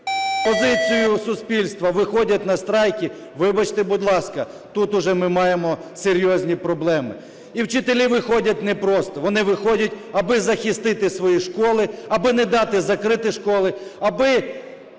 позицію суспільства, виходять на страйки, вибачте, будь ласка, тут вже ми маємо серйозні проблеми. І вчителі виходять не просто, вони виходять, аби захистити свої школи, аби не дати закрити школи, аби